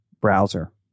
browser